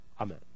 Amen